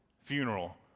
funeral